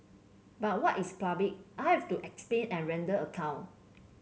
but what is public I have to explain and render account